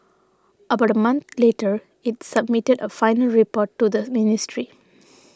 about a month later it submitted a final report to the ministry